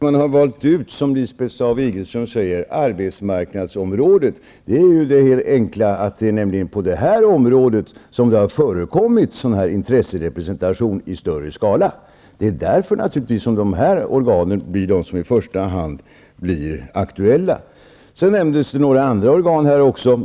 Fru talman! Lisbeth Staaf-Igelström frågar varför man gar valt ut arbetsmarknadsområdet. Det är nämligen på det här området som det har förekommit intresserepresentation i större skala. Det är naturligtvis därför dessa organ i första hand blir aktuella. Lisbeth Staaf-Igelström nämnde några andra organ.